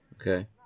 Okay